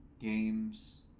games